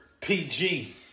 PG